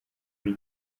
kuri